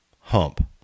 hump